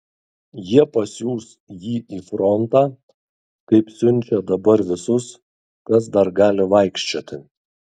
jie pasiųs jį į frontą kaip siunčia dabar visus kas dar gali vaikščioti